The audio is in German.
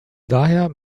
daher